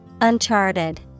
Uncharted